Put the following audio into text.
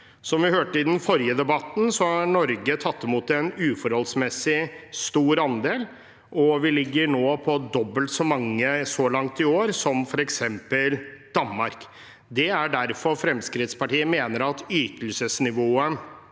Som vi hørte i den forrige debatten, har Norge tatt imot en uforholdsmessig stor andel, og vi ligger nå på dobbelt så mange som f.eks. Danmark så langt i år. Det er derfor Fremskrittspartiet mener at ytelsesnivået